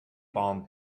barn